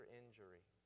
injury